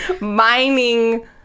Mining